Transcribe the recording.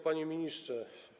Panie Ministrze!